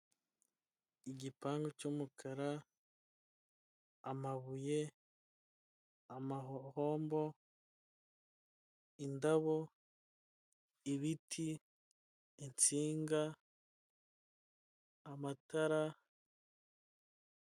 Igipangu cy'umukara, amabuye, amahombo, indabo, ibiti, insinga, amatara.